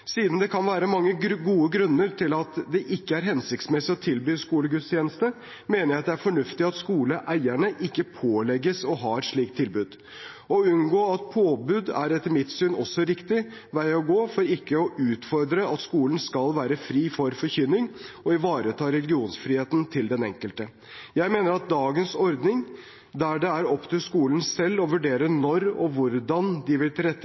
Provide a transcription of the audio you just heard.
Siden det kan være mange gode grunner til at det ikke er hensiktsmessig å tilby skolegudstjeneste, mener jeg det er fornuftig at skoleeierne ikke pålegges å ha et slikt tilbud. Å unngå et påbud er etter mitt syn også riktig vei å gå for ikke å utfordre at skolen skal være fri for forkynning og ivareta religionsfriheten til den enkelte. Jeg mener at dagens ordning, der det er opp til skolene selv å vurdere når og hvordan de vil